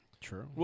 True